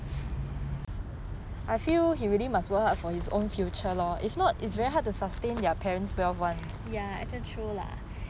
ya actually true lah